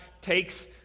takes